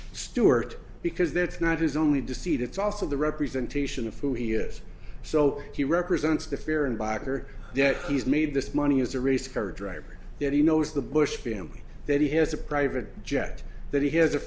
stewart because that's not his only deceit it's also the representation of who he is so he represents the fear and biker that he's made this money as a racecar driver that he knows the bush family that he has a private jet that he has a